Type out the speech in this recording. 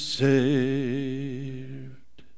saved